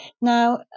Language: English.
Now